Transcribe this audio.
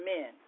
men